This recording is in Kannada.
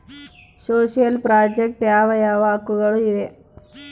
ಸೋಶಿಯಲ್ ಪ್ರಾಜೆಕ್ಟ್ ಯಾವ ಯಾವ ಹಕ್ಕುಗಳು ಇವೆ?